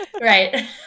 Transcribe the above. right